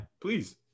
please